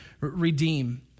redeem